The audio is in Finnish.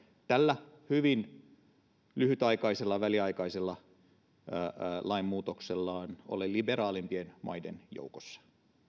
tällä hyvin lyhytaikaisella väliaikaisella lainmuutoksellaan ole liberaaleimpien maiden joukossa